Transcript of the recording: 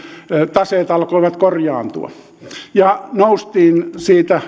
taseet alkoivat korjaantua ja noustiin siitä